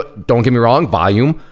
ah don't get me wrong, volume,